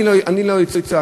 אני לא הצגתי,